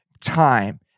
time